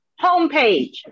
homepage